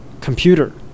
computer